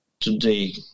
today